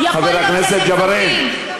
סליחה, חבר הכנסת ג'בארין.